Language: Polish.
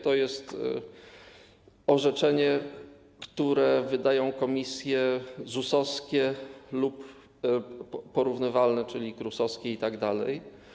To jest orzeczenie, które wydają komisje ZUS-owskie lub porównywalne, czyli KRUS-owskie itd.